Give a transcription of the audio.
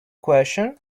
question